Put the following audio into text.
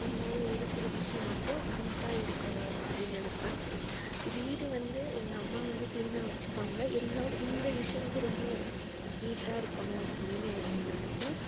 அந்தமாதிரி ஒரு சில விஷயம் மட்டும் நீட்டாக இருக்கணும் அப்படின்னு நினப்பேன் வீடு வந்து எங்கள் அம்மா வந்து கிளீனாக வச்சுப்பாங்க இருந்தாலும் இந்த விஷயம் வந்து ரொம்ப நீட்டாக இருக்கணும் அப்படின்னு நான் நினப்பேன்